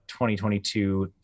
2022